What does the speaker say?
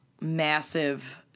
massive